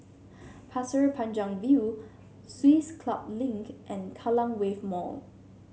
Pasir Panjang View Swiss Club Link and Kallang Wave Mall